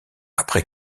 après